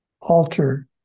alter